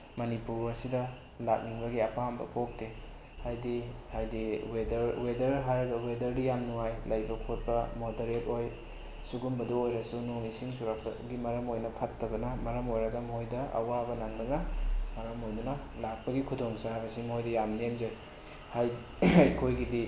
ꯃꯅꯤꯄꯨꯔ ꯑꯁꯤꯗ ꯂꯥꯛꯅꯤꯡꯕꯒꯤ ꯑꯄꯥꯝꯕ ꯄꯣꯛꯇꯦ ꯍꯥꯏꯗꯤ ꯍꯥꯏꯗꯤ ꯋꯦꯗꯔ ꯋꯦꯗꯔ ꯍꯥꯏꯔꯒ ꯋꯦꯗꯔꯗꯤ ꯌꯥꯝꯅ ꯅꯨꯡꯉꯥꯏ ꯂꯩꯕ ꯈꯣꯠꯄ ꯃꯣꯗꯔꯦꯠ ꯑꯣꯏ ꯁꯨꯒꯨꯝꯕꯗ ꯑꯣꯏꯔꯁꯨ ꯅꯣꯡ ꯏꯁꯤꯡ ꯆꯨꯔꯛꯄꯒꯤ ꯃꯔꯝ ꯑꯣꯏꯅ ꯐꯠꯇꯕꯅ ꯃꯔꯝ ꯑꯣꯏꯔꯒ ꯃꯣꯏꯗ ꯑꯋꯥꯕ ꯅꯪꯕꯅ ꯃꯔꯝ ꯑꯣꯏꯗꯨꯅ ꯂꯥꯛꯄꯒꯤ ꯈꯨꯗꯣꯡꯆꯥꯕꯁꯤ ꯃꯣꯏꯗ ꯌꯥꯝ ꯅꯦꯝꯖꯩ ꯍꯥꯏꯗꯤ ꯑꯩꯈꯣꯏꯒꯤꯗꯤ